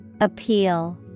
Appeal